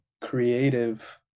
creative